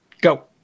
Go